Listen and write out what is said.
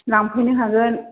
लांफैनो हागोन